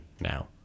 now